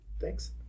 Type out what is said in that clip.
Thanks